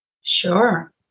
Sure